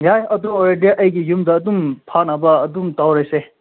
ꯌꯥꯏ ꯑꯗꯨ ꯑꯣꯏꯔꯗꯤ ꯑꯩꯒꯤ ꯌꯨꯝꯗ ꯑꯗꯨꯝ ꯐꯅꯕ ꯑꯗꯨꯝ ꯇꯧꯔꯁꯦ